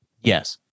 Yes